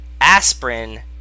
aspirin